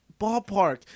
ballpark